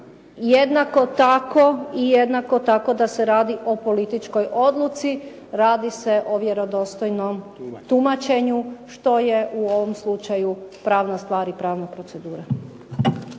saboru i jednako tako da se radi o političkoj odluci, radi se o vjerodostojnom tumačenju što je u ovom slučaju pravna stvar i pravna procedura.